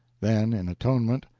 then, in atonement,